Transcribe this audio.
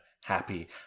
happy